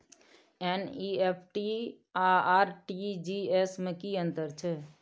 NEFT आ RTGS में की अन्तर छै?